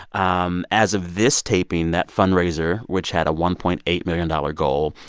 um as of this taping, that fundraiser, which had a one point eight million dollars goal,